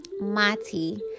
Mati